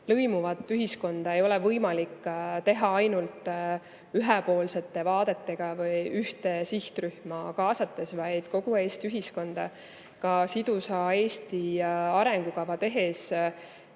Lõimuvat ühiskonda ei ole võimalik teha ainult ühepoolsete vaadetega või ühte sihtrühma kaasates, kaasata tuleb kogu Eesti ühiskonda. Sidusa Eesti arengukava tehes